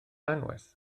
anwes